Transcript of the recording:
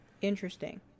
Interesting